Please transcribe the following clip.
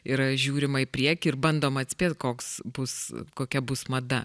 yra žiūrima į priekį ir bandoma atspėt koks bus kokia bus mada